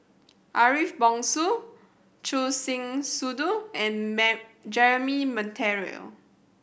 Ariff Bongso Choor Singh Sidhu and Jeremy Monteiro